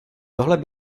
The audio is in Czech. tohle